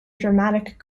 dramatic